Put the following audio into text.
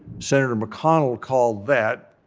senator mcconnell called that,